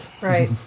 Right